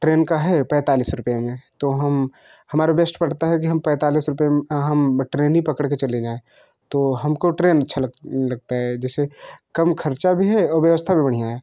train का है पैंतालीस रुपए में तो हम हमारा बेश्ट पड़ता है कि पैंतालीस रुपये में तो हम ट्रेन ही पकड़ के चले जाएँ तो हम को ट्रेन अच्छी लग लगती है जैसे कम ख़र्च भी है और व्यवस्था भी बढ़िया है